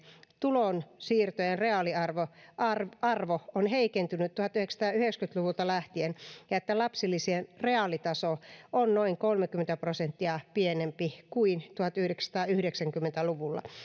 tulonsiirtojen arvo arvo on heikentynyt tuhatyhdeksänsataayhdeksänkymmentä luvulta lähtien ja että lapsilisien reaalitaso on noin kolmekymmentä prosenttia pienempi kuin tuhatyhdeksänsataayhdeksänkymmentä luvulla